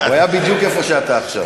הוא היה בדיוק איפה שאתה עכשיו.